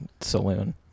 saloon